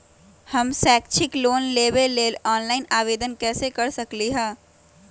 हम शैक्षिक लोन लेबे लेल ऑनलाइन आवेदन कैसे कर सकली ह?